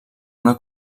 una